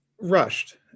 rushed